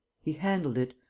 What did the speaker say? he handled it,